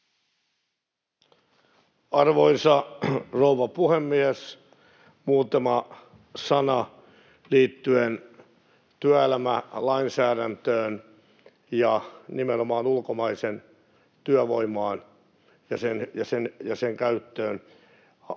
Arvoisa rouva puhemies! Muutama sana liittyen työelämälainsäädäntöön ja nimenomaan ulkomaiseen työvoimaan ja sen käyttöön.